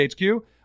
HQ